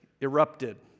erupted